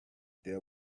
there